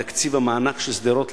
בתקציב המענק של שדרות,